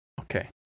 Okay